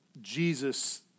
Jesus